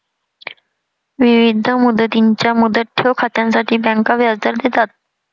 विविध मुदतींच्या मुदत ठेव खात्यांसाठी बँका व्याजदर देतात